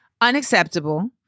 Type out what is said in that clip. unacceptable